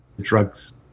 drugs